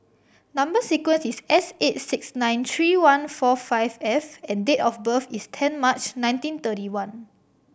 number sequence is S eight six nine three one four five F and date of birth is ten March nineteen thirty one